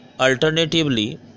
Alternatively